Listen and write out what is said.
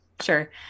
sure